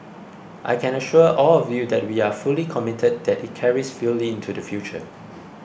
I can assure all of you that we are fully committed that it carries fully into the future